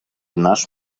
nasz